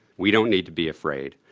we don't need to be afraid.